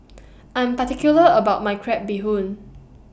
I'm particular about My Crab Bee Hoon